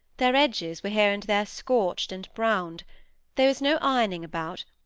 their edges were here and there scorched and browned there was no ironing about,